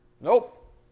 Nope